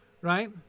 Right